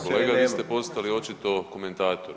Kolega vi ste postali očito komentator.